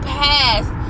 past